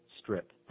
strip